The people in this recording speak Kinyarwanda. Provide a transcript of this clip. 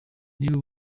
niba